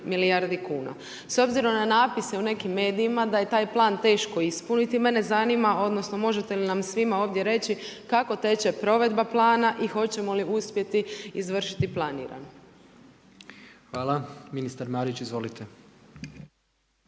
milijardi kuna. S obzirom na natpise u nekim medijima da je taj plan teško ispunit, mene zanima, odnosno, možete li nam svima ovdje reći kako teče provedba plana i hoćemo li uspjeti izvršiti planirano? **Jandroković, Gordan